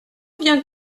viens